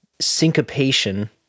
syncopation